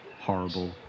horrible